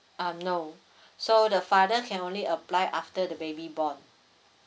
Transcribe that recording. um no so the father can only apply after the baby born